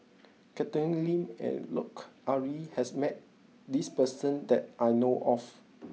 Catherine Lim and Lut Ali has met this person that I know of